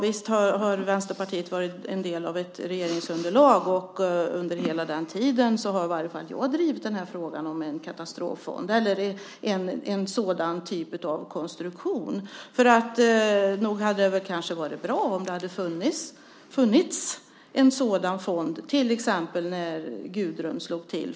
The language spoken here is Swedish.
Visst var Vänsterpartiet en del av ett regeringsunderlag. Under hela den tiden drev i varje fall jag frågan om en katastroffond eller en sådan typ av konstruktion. Nog hade det varit bra om det hade funnits en sådan fond, till exempel när stormen Gudrun slog till.